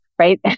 Right